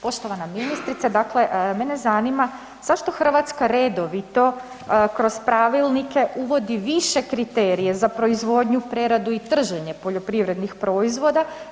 Poštovana ministrice, dakle mene zanima zašto Hrvatska redovito kroz pravilnike uvodi više kriterija za proizvodnju, preradu i trženje poljoprivrednih proizvoda?